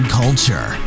culture